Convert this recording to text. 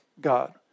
God